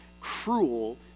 cruel